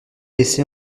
laissé